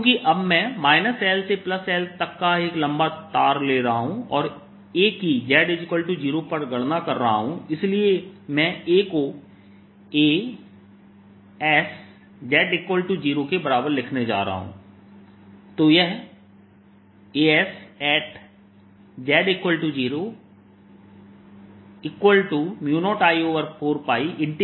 क्योंकि अब मैं L से L तक का एक लंबा तार ले रहा हूं और A की z0 पर गणना कर रहा हूं इसलिए मैं A को As z0 के बराबर लिखने जा रहा हूं